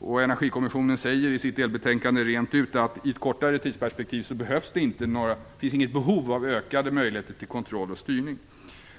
Energikommissionen säger i delbetänkandet rent ut att det i ett kortare tidsperspektiv inte finns något behov av ökade möjligheter till kontroll och styrning.